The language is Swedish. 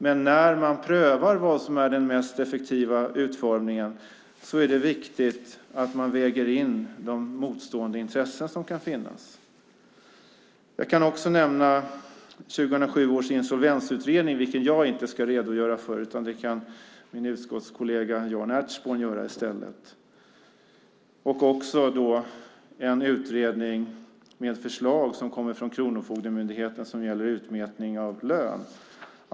Men när man prövar vad som är den mest effektiva utformningen är det viktigt att man väger in de motstående intressen som kan finnas. Jag kan nämna 2007 års insolvensutredning, vilken inte jag ska redogöra för, utan det kan min utskottskollega Jan Ertsborn göra i stället. Jag kan också nämna en utredning med förslag som kommer från Kronofogdemyndigheten och som gäller utmätning av lön.